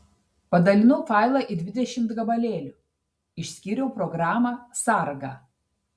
padalinau failą į dvidešimt gabalėlių išskyriau programą sargą